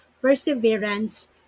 perseverance